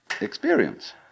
experience